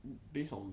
based on